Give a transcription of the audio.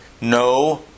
No